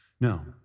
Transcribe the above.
No